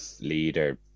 leader